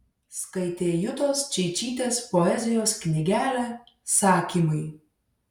skaitė jutos čeičytės poezijos knygelę sakymai